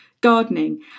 gardening